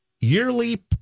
Yearly